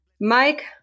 Mike